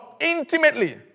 intimately